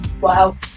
Wow